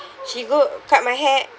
she go cut my hair